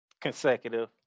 Consecutive